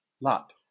Lot